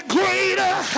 greater